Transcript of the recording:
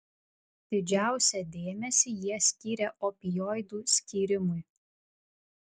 didžiausią dėmesį jie skyrė opioidų skyrimui